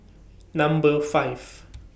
Number five